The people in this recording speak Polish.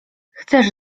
chcesz